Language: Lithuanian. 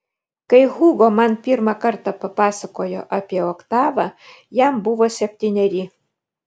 kai hugo man pirmą kartą papasakojo apie oktavą jam buvo septyneri